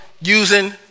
using